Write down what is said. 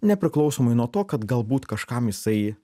nepriklausomai nuo to kad galbūt kažkam jisai